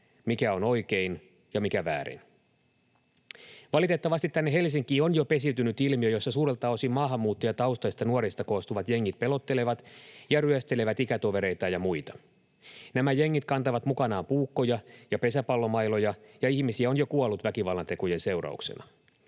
mikä on oikein ja mikä väärin. Valitettavasti tänne Helsinkiin on jo pesiytynyt ilmiö, jossa suurelta osin maahanmuuttajataustaisista nuorista koostuvat jengit pelottelevat ja ryöstelevät ikätovereitaan ja muita. Nämä jengit kantavat mukanaan puukkoja ja pesäpallomailoja, ja ihmisiä on jo kuollut väkivallantekojen seurauksena.